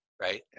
right